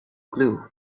glue